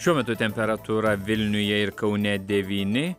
šiuo metu temperatūra vilniuje ir kaune devyni